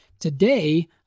Today